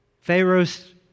Pharaoh's